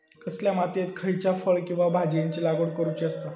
कसल्या मातीयेत खयच्या फळ किंवा भाजीयेंची लागवड करुची असता?